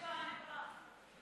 אני פה, אני פה.